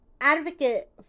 advocate